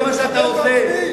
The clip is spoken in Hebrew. זה מה שאתה עושה.